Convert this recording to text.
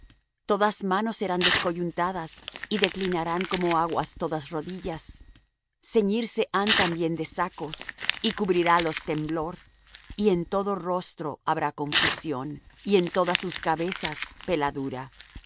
todas manos serán descoyuntadas y declinarán como aguas todas rodillas ceñirse han también de sacos y cubrirálos temblor y en todo rostro habrá confusión y en todas sus cabezas peladura